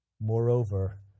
Moreover